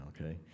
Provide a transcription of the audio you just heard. okay